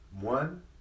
one